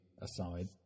aside